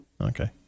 Okay